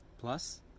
Plus